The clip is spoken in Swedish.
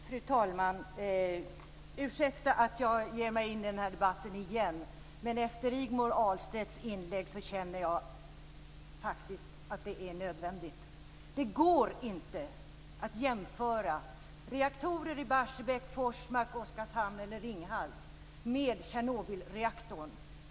Fru talman! Ni får ursäkta att jag ger mig in i den här debatten igen, men efter Rigmor Ahlstedts inlägg känner jag att det är nödvändigt. Det går inte att jämföra reaktorer i Barsebäck, Forsmark, Oskarshamn eller Ringhals med Tjernobylreaktorn.